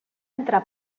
entre